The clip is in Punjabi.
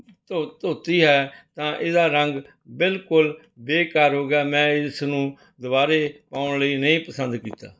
ਧੋ ਧੋਤੀ ਹੈ ਤਾਂ ਇਹਦਾ ਰੰਗ ਬਿਲਕੁਲ ਬੇਕਾਰ ਹੋ ਗਿਆ ਮੈਂ ਇਸਨੂੰ ਦੁਬਾਰਾ ਪਾਉਣ ਲਈ ਨਹੀਂ ਪਸੰਦ ਕੀਤਾ